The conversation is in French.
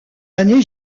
années